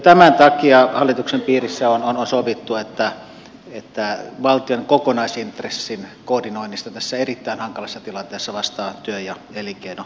tämän takia hallituksen piirissä on sovittu että valtion kokonaisintressin koordinoinnista tässä erittäin hankalassa tilanteessa vastaa työ ja elinkeinoministeriö